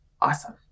awesome